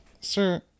Sir